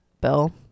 bill